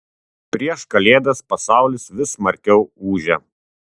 prieš kalėdas pasaulis vis smarkiau ūžia